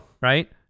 Right